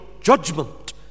judgment